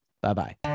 Bye-bye